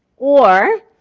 or,